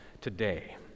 today